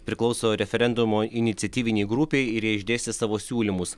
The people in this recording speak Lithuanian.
priklauso referendumo iniciatyvinei grupei ir jie išdėstė savo siūlymus